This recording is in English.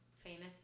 famous